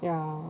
ya